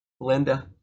Linda